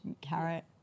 carrot